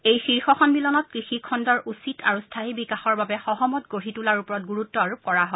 এই শীৰ্ষ সন্মিলনত কৃষি খণ্ডৰ উচিত আৰু স্থায়ী বিকাশৰ বাবে সহমত গঢ়ি তোলাৰ ওপৰত গুৰুত্ব আৰোপ কৰা হয়